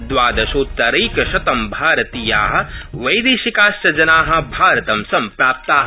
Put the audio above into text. द्वादशोत्तरैकशतं भारतीया वैदेशिकाश्च जना भारतं सम्प्राप्ता